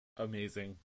amazing